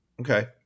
Okay